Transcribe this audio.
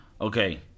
Okay